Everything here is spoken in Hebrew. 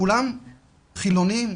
כולם חילונים,